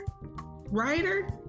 writer